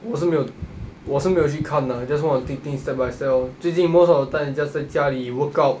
我是没有我是没有去看 ah I just wanna take things step by step orh 最近 most of the time just 在家里 workout